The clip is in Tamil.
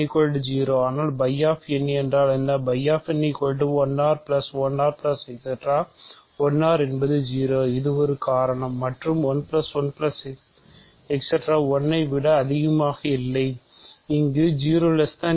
φ என்பது 0 இது ஒரு காரணம் மற்றும் 1 1 1 ஐ விட அதிகமாக இல்லை இங்கு 0mn